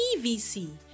PVC